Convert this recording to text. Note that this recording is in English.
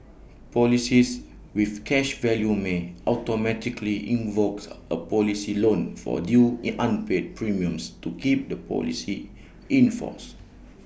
policies with cash value may automatically invokes A policy loan for due in unpaid premiums to keep the policy in force